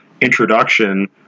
introduction